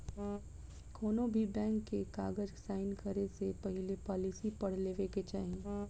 कौनोभी बैंक के कागज़ साइन करे से पहले पॉलिसी पढ़ लेवे के चाही